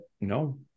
No